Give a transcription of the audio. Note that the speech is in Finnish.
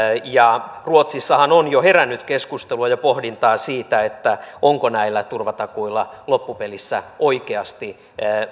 ruotsissahan on jo herännyt keskustelua ja pohdintaa siitä onko näillä turvatakuilla loppupelissä oikeasti